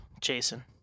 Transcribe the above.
Jason